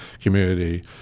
community